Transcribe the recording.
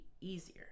easier